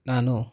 ನಾನು